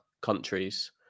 countries